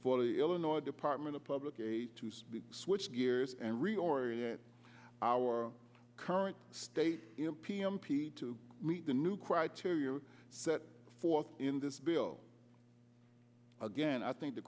the illinois department of public aid to speak switch gears and reorient our current state in p m p to meet the new criteria set forth in this bill again i think the